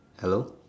hello